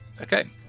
Okay